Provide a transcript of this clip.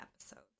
episodes